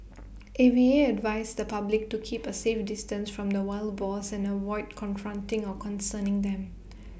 A V A advised the public to keep A safe distance from the wild boars and avoid confronting or concerning them